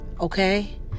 Okay